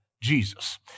Jesus